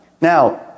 Now